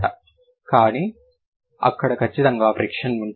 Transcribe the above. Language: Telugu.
కాబట్టి కానీ అక్కడ ఖచ్చితంగా ఫ్రిక్షన్ ఉంటుంది